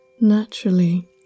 naturally